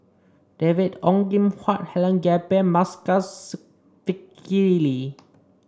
David Ong Kim Huat Helen Gilbey and Masagos Zulkifli